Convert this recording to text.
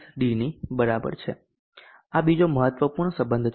આ બીજો મહત્વપૂર્ણ સંબધ છે